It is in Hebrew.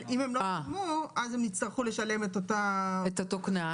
אם הם לא שילמו אז הם יצטרכו לשלם את דמי הביטוח